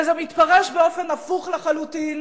וזה מתפרש באופן הפוך לחלוטין,